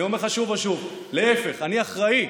אני אומר לך שוב ושוב: להפך, אני אחראי.